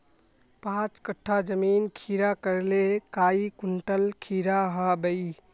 पाँच कट्ठा जमीन खीरा करले काई कुंटल खीरा हाँ बई?